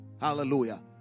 Hallelujah